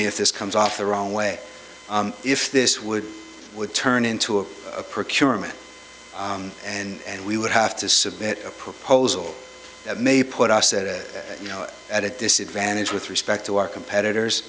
me if this comes off the wrong way if this would would turn into a procurement and we would have to submit a proposal that may put us at it you know at a disadvantage with respect to our competitors